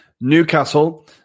Newcastle